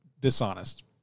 dishonest